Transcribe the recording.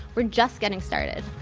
we're just getting started.